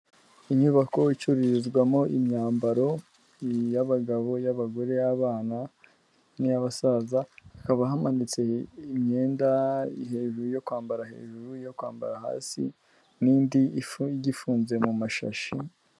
Inyubako icururizwamo imyambaro y’abagabo, y’abagore, y’abana, n’iy’abasaza, hakaba hamanitswe imyenda yo kwambara hejuru, iyo kwambara hasi, n’indi ifu igifunze mu mashashi.